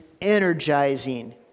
energizing